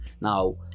Now